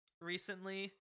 recently